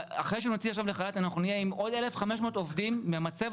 אחרי שנוציא עכשיו לחל"ת אנחנו נהיה עם עוד 1,500 עובדים מהמצבת